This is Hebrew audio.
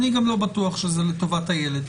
אני לא בטוח שזה לטובת הילד,